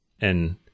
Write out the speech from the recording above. And-